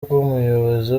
bw’umuyobozi